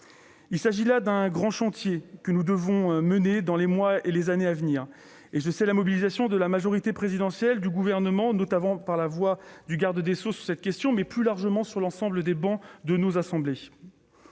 Il s'agit là d'un grand chantier que nous devrons conduire dans les mois et les années à venir, et je sais la mobilisation sur cette question de la majorité présidentielle et du Gouvernement, notamment par la voix du garde des sceaux, et, plus largement, sur l'ensemble des bancs de nos assemblées.